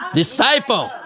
disciple